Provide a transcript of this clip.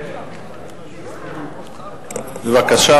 בבקשה,